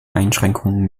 einschränkungen